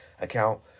account